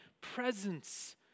presence